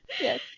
Yes